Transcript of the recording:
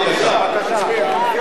בבקשה.